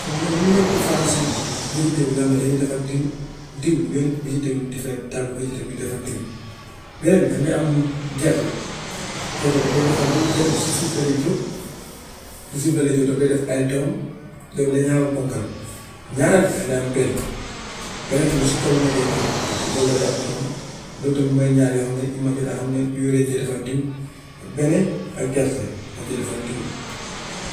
Comme mu ne lan mooy différence vegetal yi nga xam ne dañuy defar diw, diw when vegetal different daa am vegetal buy dafar diw. Benn danga dee am gerte, gerte daf dee defar diw gerte bi si suuf la dee jur ci suuf la dee jur daf koy def ay doom, doom yi dañaa xaw a ponkal <>. Ñaareel bi danga dee am bene bene tamit si kaw la dee jur, si kaw la dee am doom, loolu tamit mooy ñaar yoo xam ne yu ma jot a xam ne yooyu dañ dee defar diw, bene ak gerte dañ dee defar diw.